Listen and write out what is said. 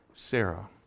Sarah